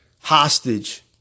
hostage